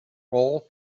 all